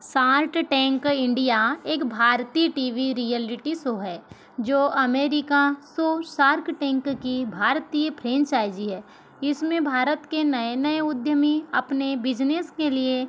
SAARC tank India एक भारतीय T V reality show है जो अमेरिका शो शार्क टेंक की भारतीय फ्रेंचाइज़ी है इसमें भारत के नए नए उद्यमी अपने बिजनेस के लिए